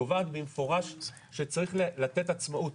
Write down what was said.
קובעת במפורש, שצריך לתת עצמאות